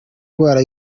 ndwara